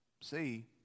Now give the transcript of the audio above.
see